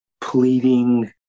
pleading